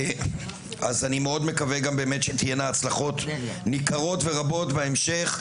אז אני מאוד מקווה גם באמת שתהינה הצלחות ניכרות ורבות בהמשך,